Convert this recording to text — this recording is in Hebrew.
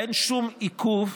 אין שום עיכוב,